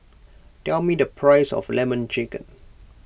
tell me the price of Lemon Chicken